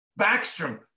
Backstrom